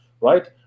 right